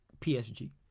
PSG